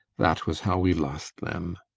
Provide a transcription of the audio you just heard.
that was how we lost them.